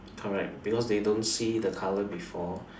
correct because they don't see the colour before